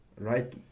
right